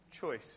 Choice